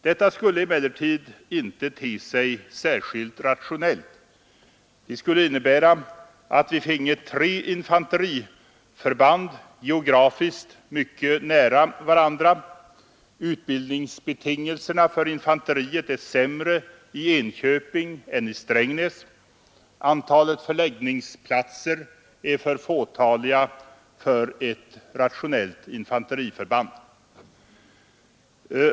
Detta skulle emellertid inte te sig särskilt rationellt. Det skulle innebära att vi finge tre infanteriförband geografiskt mycket nära varandra. Utbildningsbetingelserna för infanteriet är sämre i Enköping än i Strängnäs. Antalet förläggningsplatser är för få för ett rationellt infanteriförband.